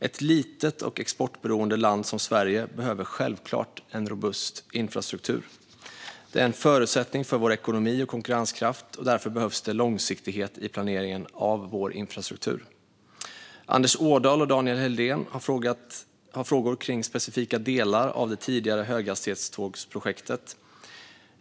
Ett litet och exportberoende land som Sverige behöver självklart en robust infrastruktur. Det är en förutsättning för vår ekonomi och konkurrenskraft, och därför behövs det långsiktighet i planeringen av vår infrastruktur. Anders Ådahl och Daniel Helldén har frågor kring specifika delar av det tidigare höghastighetstågsprojektet.